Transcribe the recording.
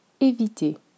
Éviter